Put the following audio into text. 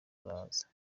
araza